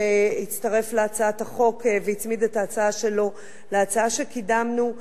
שהצטרף להצעת החוק והצמיד את ההצעה שלו להצעה שקידמנו.